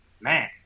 Man